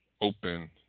Open